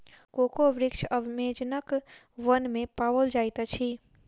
cocoa वृक्ष अमेज़नक वन में पाओल जाइत अछि